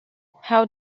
how